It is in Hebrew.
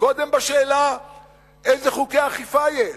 קודם בשאלה איזה חוקי אכיפה יש.